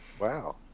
Wow